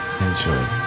Enjoy